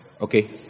Okay